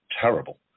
terrible